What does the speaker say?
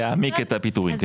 להעמיק את הפיטורים.